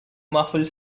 muffled